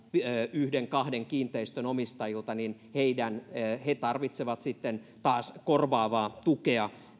yhden viiva kahden kiinteistön omistajilta niin he tarvitsevat sitten taas korvaavaa tukea